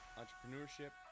entrepreneurship